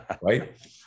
right